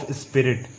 spirit